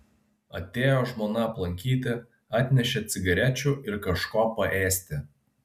atėjo žmona aplankyti atnešė cigarečių ir kažko paėsti